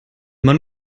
man